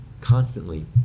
constantly